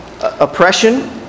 oppression